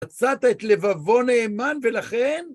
מצאת את לבבו נאמן, ולכן?